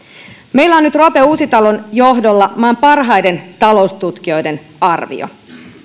meillä on nyt roope uusitalon johdolla maan parhaiden taloustutkijoiden arvio